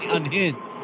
unhinged